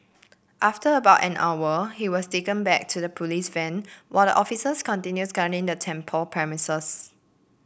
after about an hour he was taken back to the police van while the officers continued scouring the temple premises